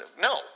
No